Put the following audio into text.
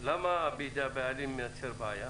למה "בידי הבעלים" מייצר בעיה?